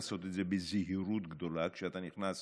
לעשות את זה בזהירות גדולה כשאתה נכנס